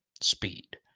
speed